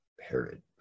Herod